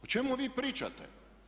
O čemu vi pričate?